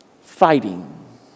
fighting